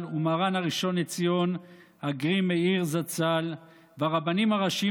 ומרן הראשון לציון הגר"י מאיר זצ"ל והרבנים הראשיים